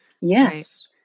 Yes